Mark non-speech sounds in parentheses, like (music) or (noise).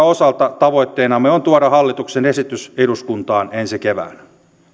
(unintelligible) osalta tavoitteenamme on tuoda hallituksen esitys eduskuntaan ensi keväänä